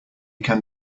can